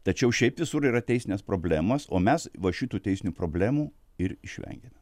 tačiau šiaip visur yra teisinės problemos o mes va šitų teisinių problemų ir išvengėme